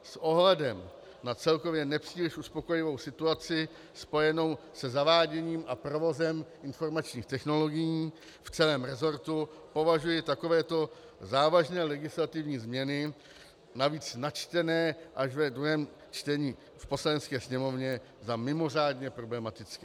S ohledem na celkově nepříliš uspokojivou situaci spojenou se zaváděním a provozem informačních technologií v celém resortu považuji takovéto závažné legislativní změny, navíc načtené až ve druhém čtení v Poslanecké sněmovně, za mimořádně problematické.